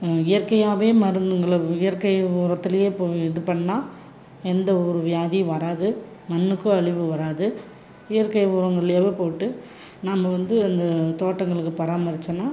இயற்கையாகவே மருந்துங்களை இயற்கை உரத்துலேயே இப்போது இது பண்ணால் எந்தவொரு வியாதியும் வராது மண்ணுக்கும் அழிவு வராது இயற்கை உரம் வழியாவே போட்டு நம்ம வந்து அந்த தோட்டங்களுக்கு பராமரிச்சோம்னா